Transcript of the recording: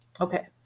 okay